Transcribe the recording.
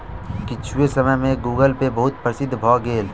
किछुए समय में गूगलपे बहुत प्रसिद्ध भअ भेल